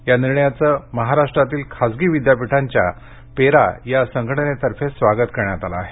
या निर्णयाचं महाराष्ट्रातील खासगी विद्यापीठांच्या पेरा या संघटनेतर्फे स्वागत करण्यात आले आहे